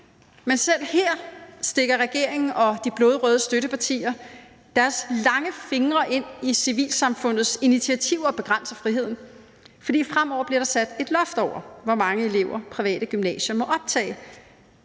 men selv her stikker regeringen og de blodrøde støttepartier deres lange fingre ind i civilsamfundets initiativer og begrænser friheden, for fremover bliver der sat et loft over, hvor mange elever private gymnasier må optage.